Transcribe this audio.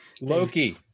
Loki